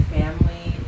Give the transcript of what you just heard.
family